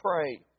pray